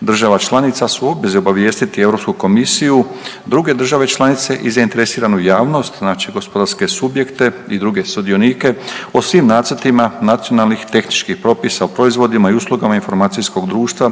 država članica su u obvezi obavijestiti Europsku komisiju, druge države članice i zainteresiranu javnost znači gospodarske subjekte i druge sudionike o svim nacrtima nacionalnih tehničkih propisa o proizvodima i uslugama informacijskog društva